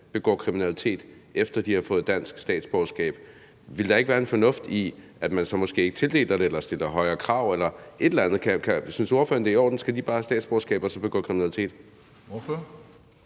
begår kriminalitet, efter at de har fået dansk statsborgerskab. Ville der ikke være en fornuft i, at man så måske ikke tildeler det eller stiller højere krav eller et eller andet? Synes ordføreren, at det er i orden? Skal de bare have statsborgerskab og så begå kriminalitet? Kl.